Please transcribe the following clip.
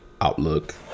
outlook